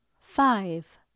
Five